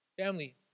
Family